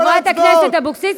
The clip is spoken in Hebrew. חברת הכנסת אבקסיס,